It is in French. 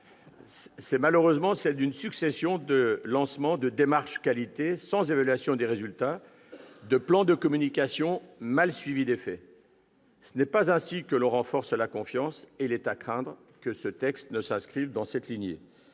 est malheureusement celle d'une succession de lancements de démarches-qualité sans évaluation des résultats, de plans de communication mal suivis d'effets. Ce n'est pas ainsi que l'on renforce la confiance. Il est à craindre que ce texte ne s'inscrive dans cette lignée.